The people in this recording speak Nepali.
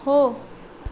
हो